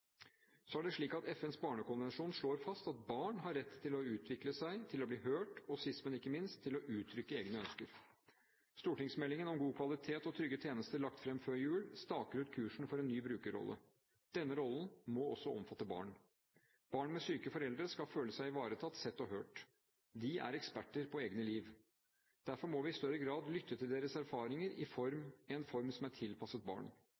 Så er det slik at FNs barnekonvensjon slår fast at barn har rett til å utvikle seg, til å bli hørt og sist, men ikke minst, til å uttrykke egne ønsker. Stortingsmeldingen om god kvalitet og trygge tjenester, lagt fram før jul, staker ut kursen for en ny brukerrolle. Denne rollen må også omfatte barn. Barn med syke foreldre skal føle seg ivaretatt, sett og hørt. De er eksperter på egne liv. Derfor må vi i større grad lytte til deres erfaringer i en form som er tilpasset barn.